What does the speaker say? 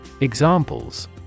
Examples